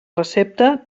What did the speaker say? recepta